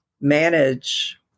manage